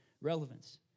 relevance